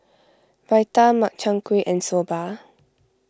Raita Makchang Gui and Soba